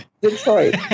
Detroit